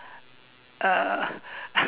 uh